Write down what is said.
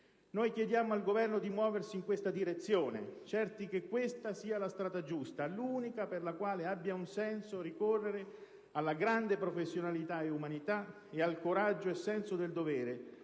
Noi chiediamo al Governo di muoversi in tale direzione, certi che questa sia la strada giusta, l'unica per la quale abbia un senso ricorrere alla grande professionalità, all'umanità, al coraggio e al senso del dovere